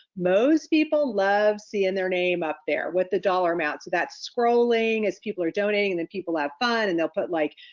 most people love seeing their name up there with the dollar amount. so that's scrolling as people are donating and then people have fun and they'll put like,